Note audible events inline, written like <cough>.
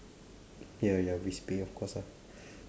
ya ya risk pay of course ah <breath>